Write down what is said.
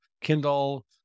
Kindle